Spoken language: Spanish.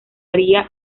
haría